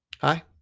Hi